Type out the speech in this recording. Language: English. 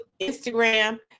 Instagram